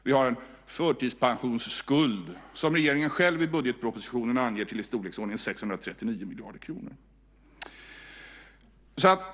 Vi har en förtidspensionsskuld som regeringen själv i budgetpropositionen anger till i storleksordningen 639 miljarder kronor.